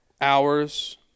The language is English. Hours